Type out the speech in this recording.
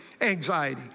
anxiety